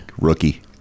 Rookie